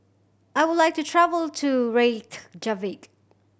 I would like to travel to Reykjavik